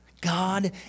God